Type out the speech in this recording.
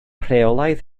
rheolaidd